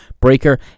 Breaker